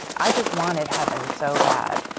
i just wanted heaven so bad,